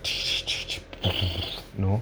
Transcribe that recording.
no